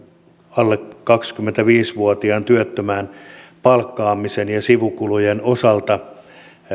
alle kaksikymmentäviisi vuotiaan työttömän palkkaamisen ja sivukulujen osalta